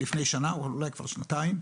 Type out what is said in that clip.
אולי כבר לפני שנתיים.